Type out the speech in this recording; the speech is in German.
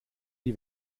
die